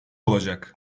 olacak